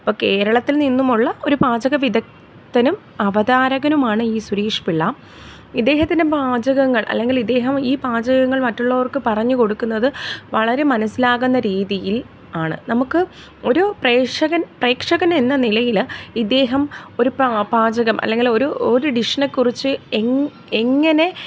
അപ്പം കേരളത്തിൽ നിന്നുമുള്ള ഒരു പാചക വിദഗ്ധനും അവതാരകനുമാണ് ഈ സുരേഷ് പിള്ള ഇദ്ദേഹത്തിൻ്റെ പാചകങ്ങൾ അല്ലെങ്കിൽ ഇദ്ദേഹം ഈ പാചകങ്ങൾ മറ്റുള്ളവർക്ക് പറഞ്ഞു കൊടുക്കുന്നത് വളരെ മനസ്സിലാകുന്ന രീതിയിൽ ആണ് നമുക്ക് ഒരു പ്രേക്ഷകൻ പ്രേക്ഷകൻ എന്ന നിലയില് ഇദ്ദേഹം ഒരു പാ പാചകം അല്ലെങ്കില് ഒരു ഒരു ഡിഷിനെ കുറിച്ച് എങ്ങ് എങ്ങനെ